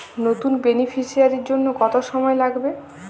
নতুন বেনিফিসিয়ারি জন্য কত সময় লাগবে?